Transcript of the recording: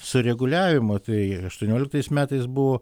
sureguliavimo tai aštuonioliktais metais buvo